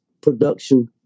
production